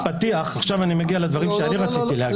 זה רק הפתיח, עכשיו זה הדברים שרציתי להגיד.